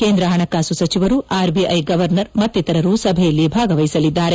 ಕೇಂದ್ರ ಹಣಕಾಸು ಸಚಿವರು ಆರ್ಬಿಐ ಗವರ್ನರ್ ಮತ್ತಿತರರು ಸಭೆಯಲ್ಲಿ ಭಾಗವಹಿಸಲಿದ್ದಾರೆ